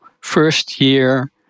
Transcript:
first-year